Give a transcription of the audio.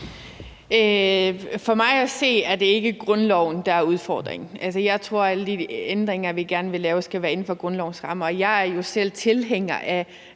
For mig at se, er det ikke grundloven, der er udfordringen. Jeg tror, at alle de ændringer, vi gerne vil lave, skal være inden for grundlovens rammer. Jeg er jo selv tilhænger af